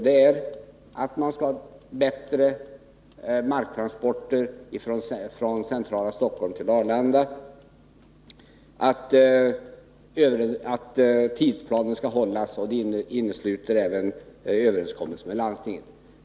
Det är att man skall ha bättre marktransporter från centrala Stockholm till Arlanda och att tidsplanen skall hållas; det innesluter också överenskommelse med landstinget.